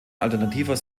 alternativer